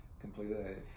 completed